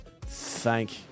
Thank